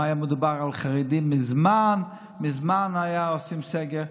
אם היה מדובר על חרדים, מזמן מזמן היו עושים סגר.